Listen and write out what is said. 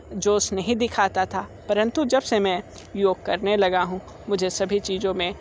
जोश नहीं दिखाता था परंतु जब से मैं योग करने लगा हूँ मुझे सभी चीज़ों में